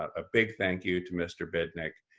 a big thank you to mr. bidnick.